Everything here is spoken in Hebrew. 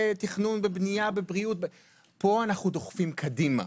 פה אנו דוחפים קדימה.